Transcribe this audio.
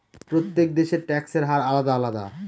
প্রত্যেক দেশের ট্যাক্সের হার আলাদা আলাদা